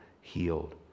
healed